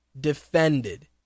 defended